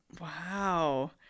Wow